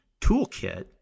toolkit